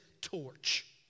torch